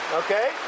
okay